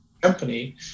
company